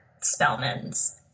Spellman's